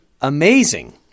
amazing